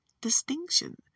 distinction